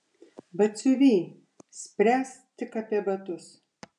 batsiuvy spręsk tik apie batus